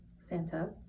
Santa